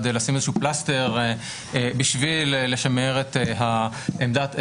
לשים איזשהו פלסטר בשביל לשמר את העמדה,